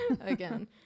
again